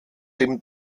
dem